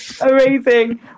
amazing